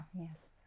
yes